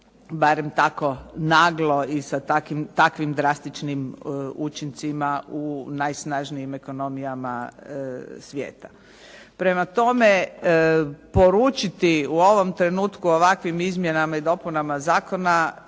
barem tako naglo i sa takvim drastičnim učincima u najsnažnijim ekonomijama svijeta. Prema tome, poručiti u ovom trenutku ovakvim izmjenama i dopunama zakona